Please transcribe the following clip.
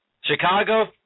Chicago